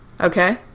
Okay